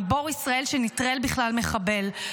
גיבור ישראל שנטרל בכלל מחבל,